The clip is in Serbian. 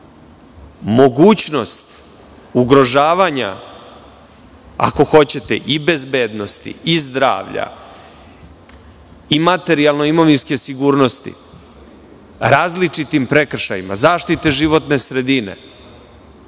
Mogućnost ugrožavanja, ako hoćete i bezbednosti, zdravlja i materijalno-imovinske sigurnosti različitim prekršajima, zaštita životne sredine